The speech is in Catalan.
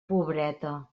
pobreta